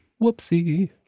Whoopsie